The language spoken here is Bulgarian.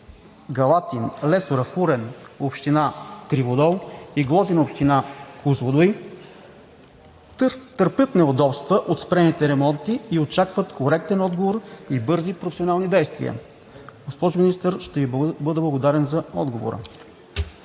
Галатин, Лесура, Фурен – община Криводол, и Гложене – община Козлодуй, търпят неудобства от спрените ремонти и очакват коректен отговор и бързи професионални действия. Госпожо Министър, ще Ви бъда благодарен за отговора.